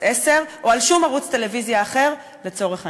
10 או על שום ערוץ טלוויזיה אחר לצורך העניין.